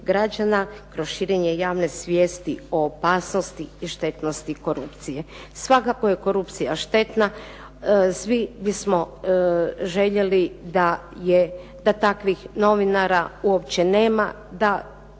građana kroz širenja javne svijesti o opasnosti i štetnosti korupcije. Svakako je korupcija štetna, svi bismo željeli da takvih novinara uopće nema, da